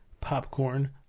popcorn